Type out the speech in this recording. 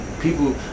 people